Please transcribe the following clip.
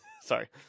Sorry